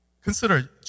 Consider